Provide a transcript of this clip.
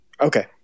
Okay